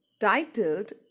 titled